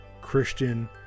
Christian